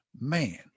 man